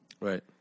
right